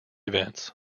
events